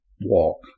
walk